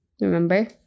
Remember